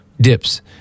dips